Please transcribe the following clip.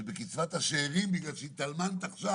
שזה יוריד את קצבת השארים שקיבלה מי שהתאלמנה עכשיו,